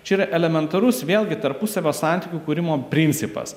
čia yra elementarus vėlgi tarpusavio santykių kūrimo principas